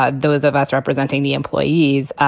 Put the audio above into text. ah those of us representing the employees,